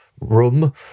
room